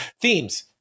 themes